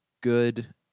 good